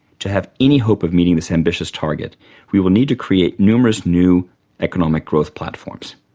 to have any hope of meeting this ambitious target we will need to create numerous new economic growth platforms.